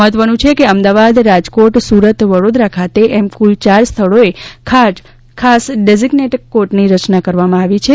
મહત્વનું છે કે અમદાવાદ રાજકોટ સુરત વડોદરા ખાતે એમ કુલ ચાર સ્થળોએ ખાસ ડેઝીઝ્નેટ કોર્ટની રચના કરવામાં આવી છે